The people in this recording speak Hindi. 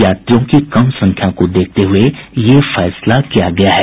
यात्रियों की कम संख्या को देखते हुये यह फैसला किया गया है